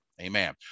amen